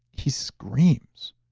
he screams,